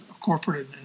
corporate